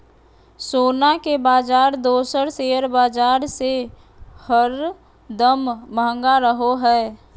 सोना के बाजार दोसर शेयर बाजार से हरदम महंगा रहो हय